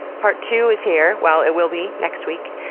part two is here! well, it will be next week.